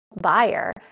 buyer